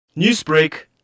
Newsbreak